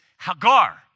Hagar